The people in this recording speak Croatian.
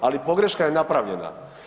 Ali pogreška je napravljena.